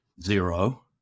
Zero